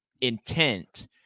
intent